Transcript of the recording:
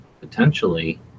potentially